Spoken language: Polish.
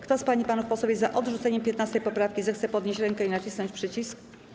Kto z pań i panów posłów jest za odrzuceniem 15. poprawki, zechce podnieść rękę i nacisnąć przycisk.